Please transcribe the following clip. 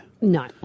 No